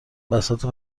بساط